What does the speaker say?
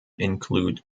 include